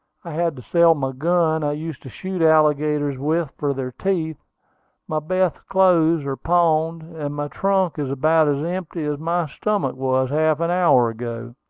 i had to sell my gun i used to shoot alligators with for their teeth my best clothes are pawned and my trunk is about as empty as my stomach was half an hour ago.